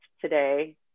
today